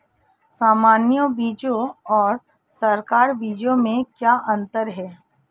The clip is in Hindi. सामान्य बीजों और संकर बीजों में क्या अंतर है?